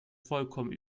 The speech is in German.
vollkommen